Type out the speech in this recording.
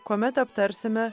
kuomet aptarsime